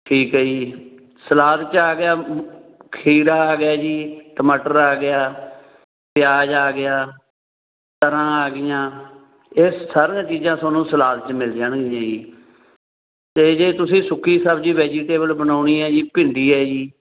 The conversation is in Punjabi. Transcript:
ਠੀਕ ਹੈ ਜੀ ਸਲਾਦ 'ਚ ਆ ਗਿਆ ਖੀਰਾ ਆ ਗਿਆ ਜੀ ਟਮਾਟਰ ਆ ਗਿਆ ਪਿਆਜ ਆ ਗਿਆ ਤਰਾਂ ਆ ਗਈਆਂ ਇਹ ਸਾਰੀਆਂ ਚੀਜ਼ਾਂ ਤੁਹਾਨੂੰ ਸਲਾਦ 'ਚ ਮਿਲ ਜਾਣਗੀਆਂ ਜੀ ਅਤੇ ਜੇ ਤੁਸੀਂ ਸੁੱਕੀ ਸਬਜ਼ੀ ਵੈਜੀਟੇਬਲ ਬਣਾਉਣੀ ਹੈ ਜੀ ਭਿੰਡੀ ਹੈ ਜੀ